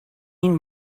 mean